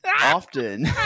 Often